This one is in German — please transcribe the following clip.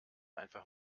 einfach